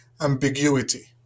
ambiguity